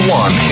one